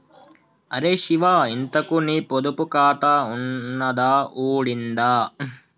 అరే శివా, ఇంతకూ నీ పొదుపు ఖాతా ఉన్నదా ఊడిందా